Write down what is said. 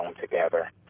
together